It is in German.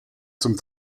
zum